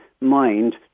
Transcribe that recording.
mind